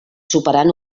superant